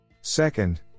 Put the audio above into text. Second